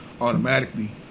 Automatically